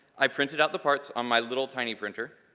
i printed out the parts on my little tiny printer.